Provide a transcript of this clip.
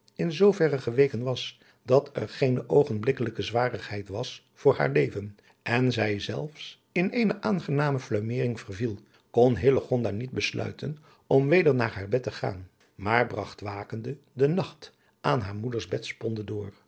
in zooverre geweken was dat er geene oogenblikkelijke zwarigheid was voor haar leven en zij zelfs in eene aangename fluimering verviel kon hillegonda niet besluiten om weder naar haar bed te gaan maar bragt wakende den nacht aan haar moeders bedsponde door